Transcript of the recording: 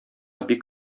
бик